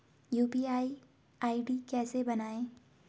UPI ID कैसे बनायें?